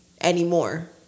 anymore